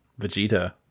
vegeta